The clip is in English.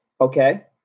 okay